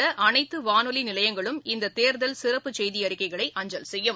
உள்ளஅனைத்துவானொலிநிலையங்களும் தமிழகத்தில் இந்ததேர்தல் சிறப்பு செய்திஅறிக்கைகளை அஞ்சல் செய்யும்